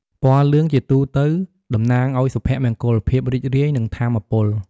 ពណ៌លឿង ជាទូទៅតំណាងឱ្យ សុភមង្គល ភាពរីករាយ និង ថាមពល។